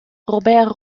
robert